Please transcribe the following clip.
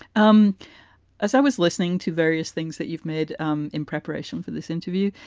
um as i was listening to various things that you've made um in preparation for this interview,